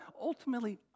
ultimately